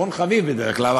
אחרון חביב בדרך כלל,